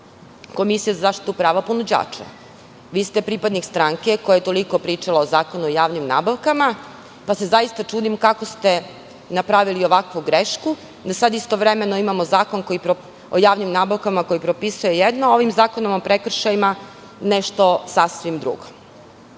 komisija za zaštitu prava ponuđača. Vi ste pripadnik stranke koja je toliko pričala o Zakonu o javnim nabavkama, pa se čudim kako ste napravili ovakvu grešku da sada istovremeno imamo Zakon o javnim nabavkama koji propisuje jedno, a ovim zakonom o prekršajima nešto sasvim drugo. Što